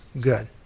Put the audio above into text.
good